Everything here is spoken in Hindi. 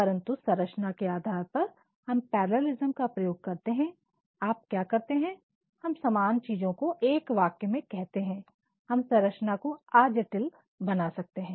परंतु संरचना के आधार पर हम पैरलालिस्म का प्रयोग करते हैं आप क्या करते हैं हम समान चीजों को एक वाक्य में कहते हैं हम संरचना को अजटिल बना सकते हैं